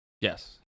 Yes